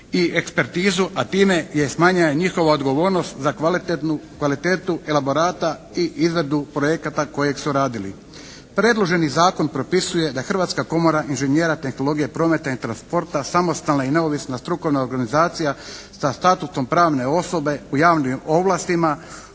i ekspertizu, a time je smanjena njihova odgovornost za kvalitetu elaborata i izradu projekata kojeg su radili. Predloženi zakon propisuje da Hrvatska komora inženjera tehnologije, prometa i transporta samostalna i neovisna strukovna organizacija sa statusom pravne osobe u javnim ovlastima